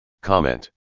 Comment